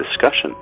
discussion